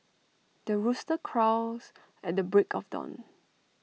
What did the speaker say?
the rooster crows at the break of dawn